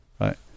Right